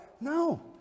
No